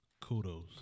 Kudos